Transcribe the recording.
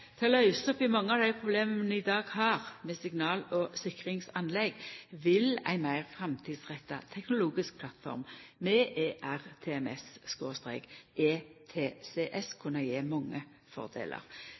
til å løysa opp i mange av dei problema vi i dag har med signal- og sikringsanlegg, vil ei meir framtidsretta teknologisk plattform med